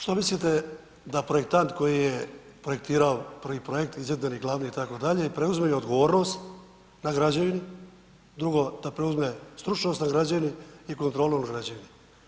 Što mislite da projektant koji je projektirao prvi projekt, izvedbeni glavni itd. i preuzme i odgovornost na građevini, drugo da preuzme stručnost na građevini i kontrolu građevine.